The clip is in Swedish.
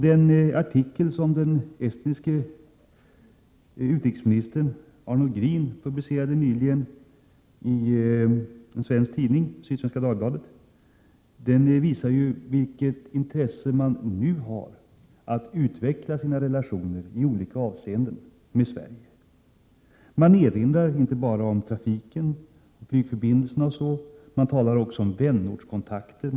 Den artikel som den estniske utrikesministern Arnold Green publicerade nyligen i Sydsvenska Dagbladet visade vilket intresse man nu har av att utveckla sina relationer med Sverige i olika avseenden. Man erinrar inte bara om trafiken, om flygförbindelserna och annat sådant, utan man talar också om vänortskontakter.